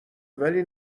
ولی